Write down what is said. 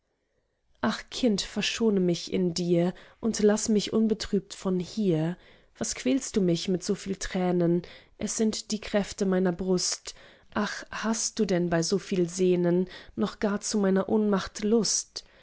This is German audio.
ach kind verschone mich in dir und laß mich unbetrübt von hier was quälst du mich mit so viel tränen es sind die kräfte meiner brust ach hast du denn bei so viel sehnen noch gar zu meiner ohnmacht lust